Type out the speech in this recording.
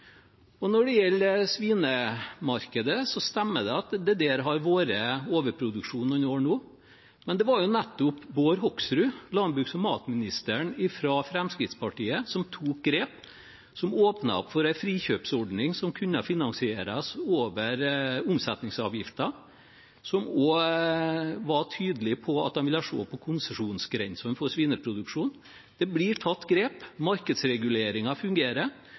ikke. Når det gjelder svinemarkedet, stemmer det at det har vært overproduksjon der noen år. Men det var jo nettopp Bård Hoksrud, landbruks- og matministeren fra Fremskrittspartiet, som tok grep, som åpnet opp for en frikjøpsordning som kunne finansieres over omsetningsavgiften, og som var tydelig på at de ville se på konsesjonsgrensene for svineproduksjon. Det blir tatt grep, markedsreguleringen fungerer,